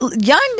young